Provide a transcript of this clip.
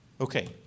Okay